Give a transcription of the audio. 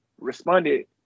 responded –